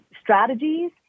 strategies